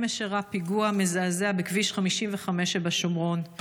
אמש אירע פיגוע מזעזע בכביש 55 שבשומרון.